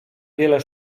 wiele